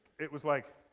it was like,